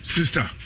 Sister